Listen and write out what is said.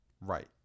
Right